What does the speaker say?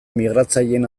migratzaileen